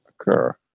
occur